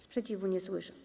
Sprzeciwu nie słyszę.